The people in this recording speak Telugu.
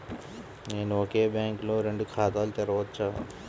నేను ఒకే బ్యాంకులో రెండు ఖాతాలు తెరవవచ్చా?